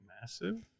massive